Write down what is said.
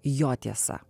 jo tiesa